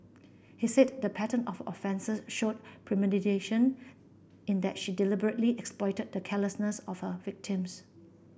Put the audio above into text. he said the pattern of offences showed premeditation in that she deliberately exploited the carelessness of her victims